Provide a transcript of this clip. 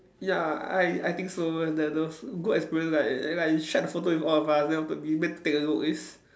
ya I I think so the the good experience like like he shared the photo with all of us then after we went to take a look it's